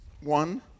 one